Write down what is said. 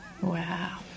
Wow